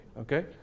okay